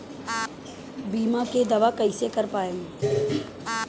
बीमा के दावा कईसे कर पाएम?